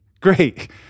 great